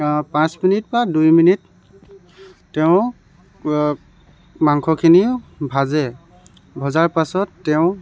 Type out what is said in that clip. পাঁচ মিনিট বা দুই মিনিট তেওঁ মাংসখিনি ভাজে ভজাৰ পাছত তেওঁ